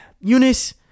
Eunice